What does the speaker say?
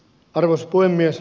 arvoisa puhemies